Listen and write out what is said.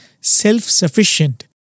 self-sufficient